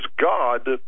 God